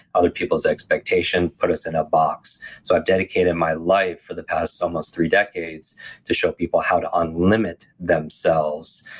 other people's expectation put us in a box so i've dedicated my life for the past almost three decades to show people how to un-limit themselves,